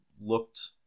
Looked